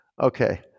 Okay